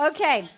Okay